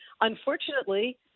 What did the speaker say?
unfortunately